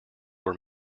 were